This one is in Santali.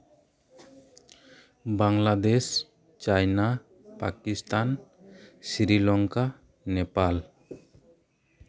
ᱵᱟᱝᱞᱟᱫᱮᱥ ᱪᱟᱭᱱᱟ ᱯᱟᱠᱤᱥᱛᱷᱟᱱ ᱥᱤᱨᱤᱞᱚᱝᱠᱟ ᱱᱮᱯᱟᱞ